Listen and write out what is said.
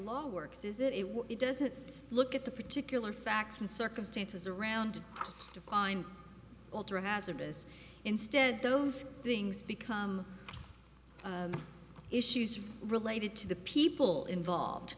law works is it what it does it look at the particular facts and circumstances around to find altering hazardous instead those things become issues related to the people involved